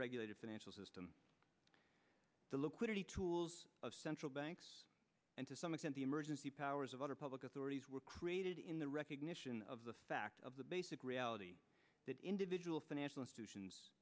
regulated financial system the loquitur the tools of central banks and to some extent the emergency powers of other public authorities were created in the recognition of the fact of the basic reality that individual financial